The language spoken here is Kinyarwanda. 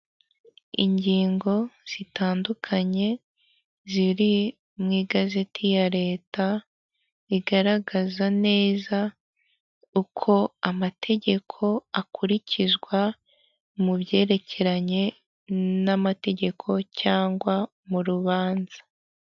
Kabeza mu mujyi wa Kigali hari inzu nziza cyane irimo ibikoresho byiza bisa neza ikaba ifite inzu nini cyane ikagira ibyumba binini cyane.